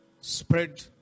spread